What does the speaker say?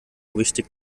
richtig